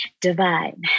divine